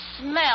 smell